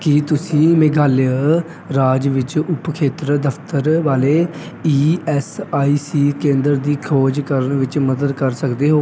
ਕੀ ਤੁਸੀਂ ਮੇਘਾਲਿਆ ਰਾਜ ਵਿੱਚ ਉਪ ਖੇਤਰ ਦਫ਼ਤਰ ਵਾਲੇ ਈ ਐੱਸ ਆਈ ਸੀ ਕੇਂਦਰ ਦੀ ਖੋਜ ਕਰਨ ਵਿੱਚ ਮਦਦ ਕਰ ਸਕਦੇ ਹੋ